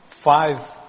five